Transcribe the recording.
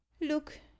look